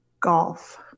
Golf